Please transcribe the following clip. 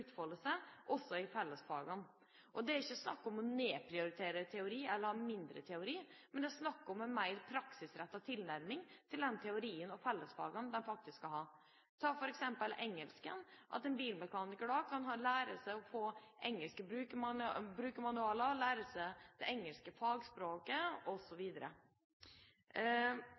seg, også i fellesfagene. Det er ikke snakk om å nedprioritere teori eller ha mindre teori, men det er snakk om en mer praksisrettet tilnærming til den teorien og de fellesfagene de faktisk skal ha. Ta f.eks. engelsk: Det at en bilmekaniker kan få engelske brukermanualer for å lære seg det engelske fagspråket,